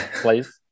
please